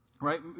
right